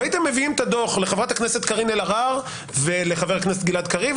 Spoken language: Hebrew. והייתם מביאים את הדוח לחברת הכנסת קארין אלהרר ולחבר הכנסת גלעד קריב,